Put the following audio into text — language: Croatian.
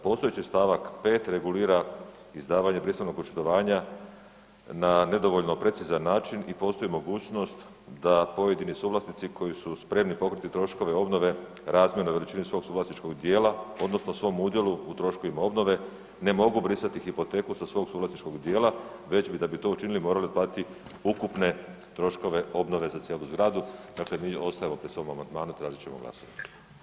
Postojeći stavak 5 regulira izdavanje brisovnog očitovanja na nedovoljno precizan način i postoji mogućnost da pojedini suvlasnici koji su spremni pokriti troškove obnove razmjerno veličini svog suvlasničkog dijela odnosno svom udjelu u troškovima obnove, ne mogu brisati hipoteku sa svog suvlasničkog dijela, već bi, da bi to učinili morali otplatiti ukupne troškove obnove za cijelu zgradu, dakle mi ostajemo pri svom amandmanu, tražit ćemo glasovanje.